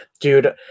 dude